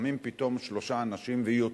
קמים פתאום שלושה אנשים ויוצאים.